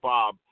Bob